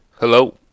Hello